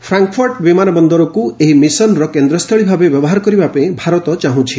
Frankfurt ବିମାନ ବନ୍ଦରକୁ ଏହି ମିଶନ୍ର କେନ୍ଦ୍ରସ୍ଥଳୀ ଭାବେ ବ୍ୟବହାର କରିବାପାଇଁ ଭାରତ ଚାହୁଁଛି